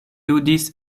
ludis